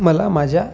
मला माझ्या